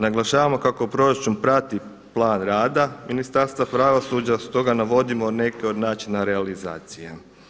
Naglašavamo kako proračun prati plan rada Ministarstva pravosuđa, stoga navodimo neke od načina realizacije.